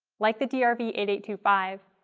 like the d r v eight eight two five,